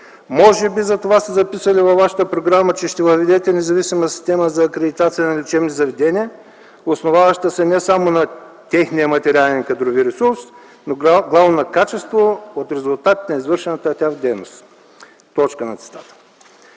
Може затова да сте записали във вашата програма, че ще се въведе независима система за акредитация на лечебните заведения, основаваща се не само на техния материален и кадрови ресурс, но главно на качеството и резултатите от извършваната в тях дейност. Поредно разминаване